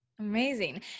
Amazing